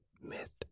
myth